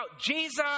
Jesus